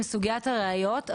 עם סוגיית הראיות.